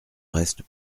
reste